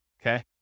Okay